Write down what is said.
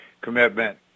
commitment